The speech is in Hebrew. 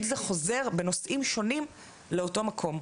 זה חוזר בנושאים שונים לאותו מקום.